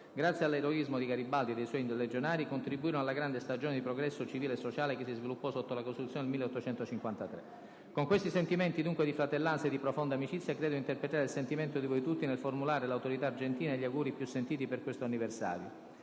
anche all'eroismo di Garibaldi e dei suoi legionari, contribuirono alla grande stagione di progresso civile e sociale che si sviluppò sotto la Costituzione del 1853. Con questi sentimenti, dunque, di fratellanza e di profonda amicizia credo di interpretare il sentimento di voi tutti nel formulare alle autorità argentine gli auguri più sentiti per questo anniversario.